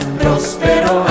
prospero